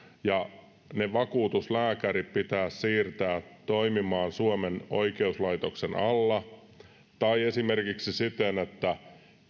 ja ne vakuutuslääkärit pitäisi siirtää toimimaan suomen oikeuslaitoksen alle tai esimerkiksi siten että